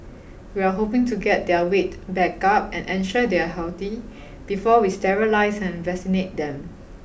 we are hoping to get their weight back up and ensure they are healthy before we sterilise and vaccinate them